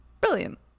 Brilliant